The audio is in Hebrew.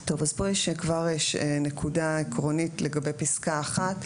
טוב, אז פה יש כבר נקודה עקרונית לגבי פסקה (1).